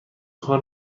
کار